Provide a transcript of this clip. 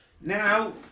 Now